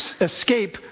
escape